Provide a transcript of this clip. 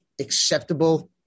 acceptable